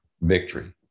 victory